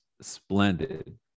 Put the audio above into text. splendid